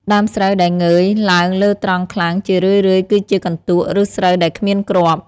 ដើមស្រូវដែល «ងើយ» ឡើងលើត្រង់ខ្លាំង ជារឿយៗគឺជាកន្ទក់ ឬស្រូវដែលគ្មានគ្រាប់។